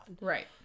Right